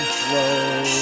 flow